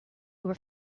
were